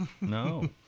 No